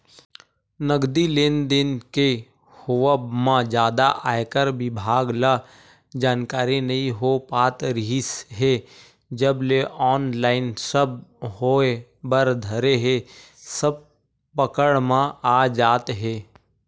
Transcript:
नगदी लेन देन के होवब म जादा आयकर बिभाग ल जानकारी नइ हो पात रिहिस हे जब ले ऑनलाइन सब होय बर धरे हे सब पकड़ म आ जात हे